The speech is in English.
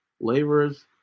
laborers